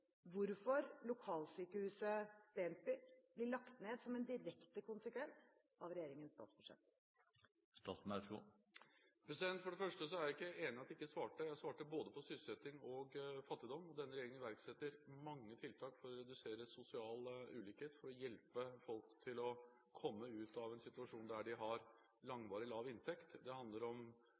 hvorfor lokalsykehuset Stensby sykehus blir lagt ned, som en direkte konsekvens av regjeringens statsbudsjett. For det første er jeg ikke enig i at jeg ikke svarte. Jeg svarte både på sysselsetting og fattigdom. Denne regjeringen iverksetter mange tiltak for å redusere sosial ulikhet, for å hjelpe folk til å komme ut av en situasjon der de har langvarig lav inntekt. Det handler om